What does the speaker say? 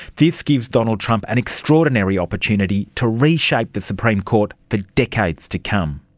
this gives donald trump an extraordinary opportunity to re-shape the supreme court for decades to come.